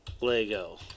Lego